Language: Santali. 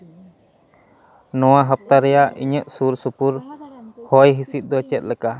ᱱᱚᱣᱟ ᱦᱟᱯᱛᱟ ᱨᱮᱭᱟᱜ ᱤᱧᱟᱹᱜ ᱥᱩᱨᱼᱥᱩᱯᱩᱨ ᱦᱚᱭᱼᱦᱤᱸᱥᱤᱫ ᱫᱚ ᱪᱮᱫ ᱞᱮᱠᱟ